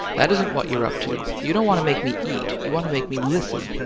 that isn't what you're up to. you don't want to make me eat you want to make me listen.